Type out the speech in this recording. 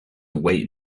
wait